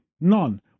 none